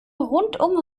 rundum